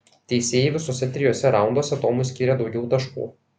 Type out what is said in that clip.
teisėjai visuose trijuose raunduose tomui skyrė daugiau taškų